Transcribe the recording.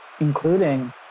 including